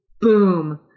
Boom